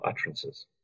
utterances